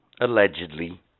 allegedly